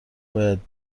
باید